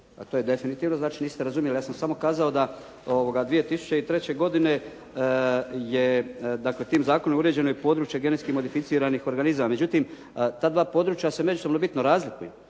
to je definitivno. Znači, niste razumjeli. Ja sam samo kazao da 2003. godine je, dakle tim zakonom uređeno i područje genetski modificiranih organizama. Međutim, ta dva područja se međusobno bitno razlikuju